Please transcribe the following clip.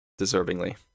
Deservingly